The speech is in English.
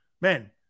man